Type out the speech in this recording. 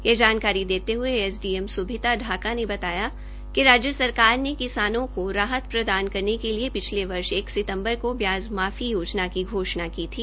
यह जानकारी देते एसडीएम सूभिता ढ़ाका ने बताया कि राज्य सरकार ने किसानों को राहत प्रदान करने के लिए पिछले वर्ष एक सितम्बर को ब्याज माफी योजना की घोषणा की थी